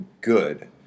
good